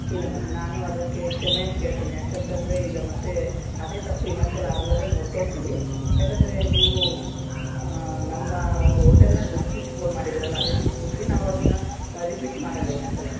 ಇಲ್ಲ ಮ್ಯಾಮ್ ನಾನು ಅದಕ್ಕೆ ಕ್ಷಮೆಯನ್ನು ಕೇಳ್ತೇನೆ ಯಾಕಂತಂದರೆ ಈಗ ಮತ್ತೆ ಅದೇ ತಪ್ಪು ಇನ್ನೊಂದು ಸಲ ಆಗ್ಲಾರ್ದಂಗೆ ನೋಡಿಕೊಳ್ತೀವಿ ಯಾಕಂದರೆ ನೀವು ನಮ್ಮ ಒಂದು ಓಟೆಲನ್ನ ಗುರ್ತಿಸಿ ಫೋನ್ ಮಾಡಿದ್ದೀರಲ್ಲ ಅದೇ ನಮ್ಗೆ ಖುಷಿ ನಾವು ಅದನ್ನು ರಿಪೀಟ್ ಮಾಡೋಲ್ಲ ಇನ್ನೊಂದು ಸಲ